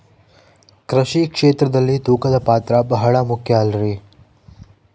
ಕೃಷಿ ಕ್ಷೇತ್ರದಲ್ಲಿ ತೂಕದ ಪಾತ್ರ ಬಹಳ ಮುಖ್ಯ ಅಲ್ರಿ?